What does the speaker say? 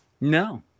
No